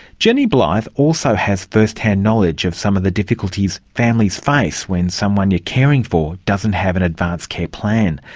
jenny blyth also has first-hand knowledge of some of the difficulties families face when someone you're caring for doesn't have an advance care plan.